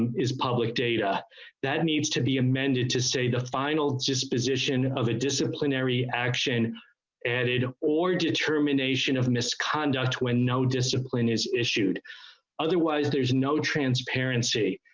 and is public data that needs to be amended to stay the final disposition of the disciplinary action and it or determination of misconduct when no discipline is issued otherwise there's no transparency.